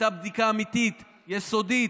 הייתה בדיקה אמיתית, יסודית,